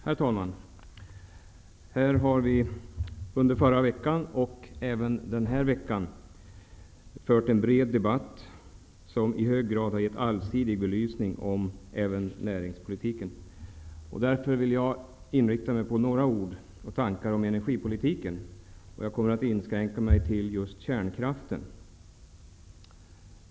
Herr talman! Vi har här under förra veckan och även denna vecka fört en bred debatt som i hög grad har gett en allsidig belysning även av näringspolitiken. Jag vill därför inrikta mig på att säga några ord om energipolitiken. Jag kommer att inskränka mig till kärnkraften.